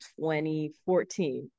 2014